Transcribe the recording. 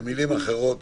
במילים אחרות,